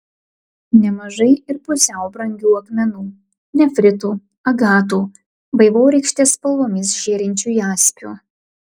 nemažai ir pusiau brangių akmenų nefritų agatų vaivorykštės spalvomis žėrinčių jaspių